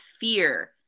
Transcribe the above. fear